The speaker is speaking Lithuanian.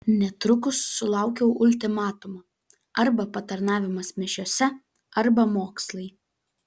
netrukus sulaukiau ultimatumo arba patarnavimas mišiose arba mokslai